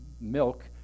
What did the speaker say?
milk